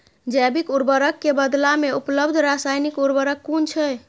जैविक उर्वरक के बदला में उपलब्ध रासायानिक उर्वरक कुन छै?